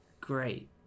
great